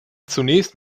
zunächst